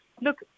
look